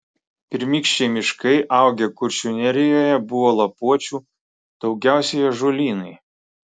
pirmykščiai miškai augę kuršių nerijoje buvo lapuočių daugiausiai ąžuolynai